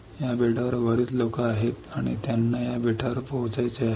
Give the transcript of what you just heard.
या बेटावर बरेच लोक आहेत आणि त्यांना या बेटावर पोहोचायचे आहे